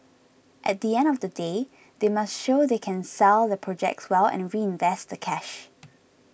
at the end of the day they must show they can sell their projects well and reinvest the cash